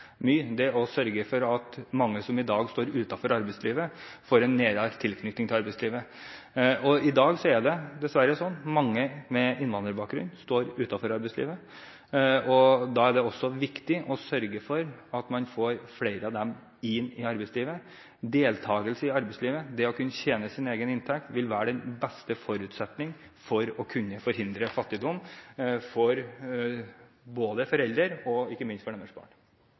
mye, er at jeg vil sørge for at mange som i dag står utenfor arbeidslivet, får en nærmere tilknytning til arbeidslivet. I dag er det dessverre sånn at mange med innvandrerbakgrunn står utenfor arbeidslivet. Da er det også viktig å sørge for at man får flere av dem inn i arbeidslivet. Deltakelse i arbeidslivet, det å kunne tjene sine egne penger, vil være den beste forutsetning for å kunne forhindre fattigdom for både foreldre og ikke minst deres barn.